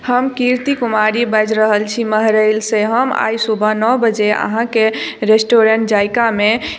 हम कीर्ति कुमारी बाजि रहल छी महरैलसँ हम आइ सुबह नओ बजे अहाँके रेस्टुरेंट जायकामे